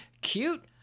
cute